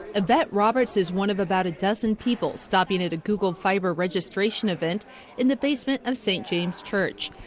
yvette roberts is one of about a dozen people stopping at google fiber registration event in the basement of st. james church.